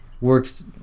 works